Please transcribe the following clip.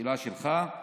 השאלה שלך.